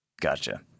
Gotcha